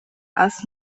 als